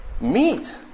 Meat